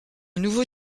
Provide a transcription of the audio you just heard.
nouveau